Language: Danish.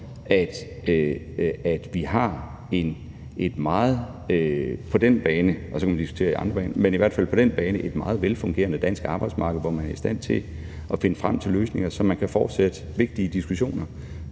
at vi i hvert fald på den bane – så kan man diskutere andre baner – har et meget velfungerende dansk arbejdsmarked, hvor man er i stand til at finde frem til løsninger, så man kan fortsætte vigtige diskussioner.